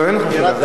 לא, אין לך שאלה.